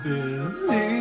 Believe